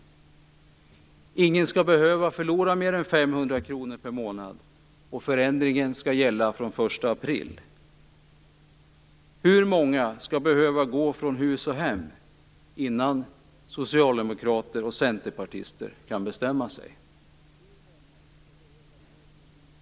Ingen skall behöva förlora mer än 500 kr per månad, och förändringen skall gälla från den 1 april. Hur många skall behöva gå från hus och hem innan socialdemokrater och centerpartister kan bestämma sig?